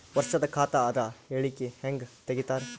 ವರ್ಷದ ಖಾತ ಅದ ಹೇಳಿಕಿ ಹೆಂಗ ತೆಗಿತಾರ?